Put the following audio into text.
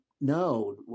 No